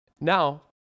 Now